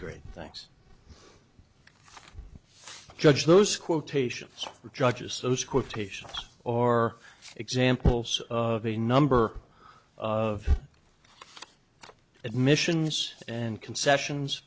great thanks judge those quotations judges those quotations or examples of a number of admissions and concessions